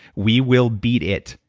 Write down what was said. we will beat it.